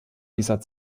dieser